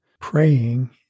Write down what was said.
praying